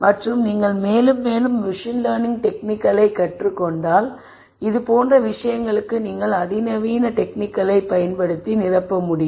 மற்றும் நீங்கள் மேலும் மேலும் மெஷின் லேர்னிங் டெக்னிக்களைக் கற்றுக் கொண்டால் இது போன்ற விஷயங்களுக்கு நீங்கள் அதிநவீன டெக்னிக்களை பயன்படுத்தி நிரப்ப முடியும்